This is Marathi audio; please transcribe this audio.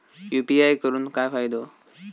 यू.पी.आय करून काय फायदो?